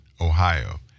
Ohio